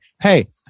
hey